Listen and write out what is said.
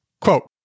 Quote